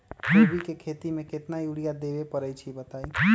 कोबी के खेती मे केतना यूरिया देबे परईछी बताई?